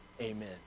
Amen